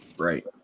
Right